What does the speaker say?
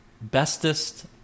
bestest